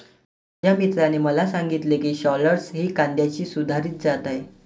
माझ्या मित्राने मला सांगितले की शालॉट्स ही कांद्याची सुधारित जात आहे